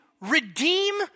redeem